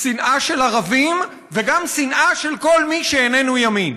שנאה של ערבים וגם שנאה של כל מי שאיננו ימין.